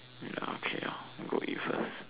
ya okay ah I'll go eat first